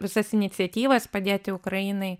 visas iniciatyvas padėti ukrainai